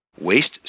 waste